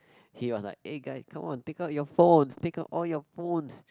he was like eh guys come on take out your phones take out all your phones